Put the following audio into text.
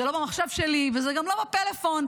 זה לא במחשב שלי וזה גם לא בפלאפון,